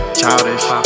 childish